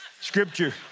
scripture